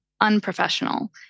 unprofessional